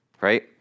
right